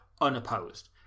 unopposed